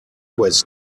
was